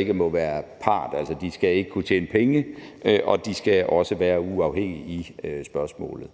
– ikke må være part, altså de skal ikke kunne tjene penge på det, og de skal også være uafhængige i spørgsmålet.